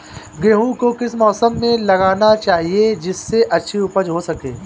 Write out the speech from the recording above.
गेहूँ को किस मौसम में लगाना चाहिए जिससे अच्छी उपज हो सके?